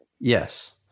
yes